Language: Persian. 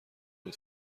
بود